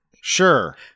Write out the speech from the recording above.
Sure